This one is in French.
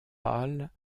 pâles